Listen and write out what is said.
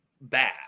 bad